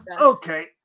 okay